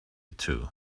two